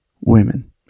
women